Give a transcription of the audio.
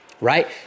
right